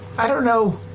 i don't know,